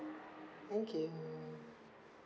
thank you